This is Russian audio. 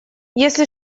если